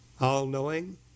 all-knowing